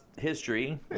history